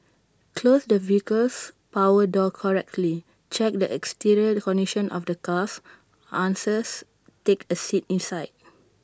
close the vehicle's power door correctly check the exterior condition of the cars take A seat inside